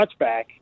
touchback